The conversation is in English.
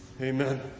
Amen